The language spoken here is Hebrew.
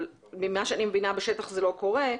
אבל ממה שאני מבינה בשטח זה לא קורה.